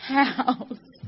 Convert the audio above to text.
house